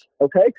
Okay